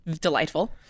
delightful